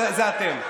זה אתם.